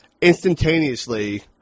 Instantaneously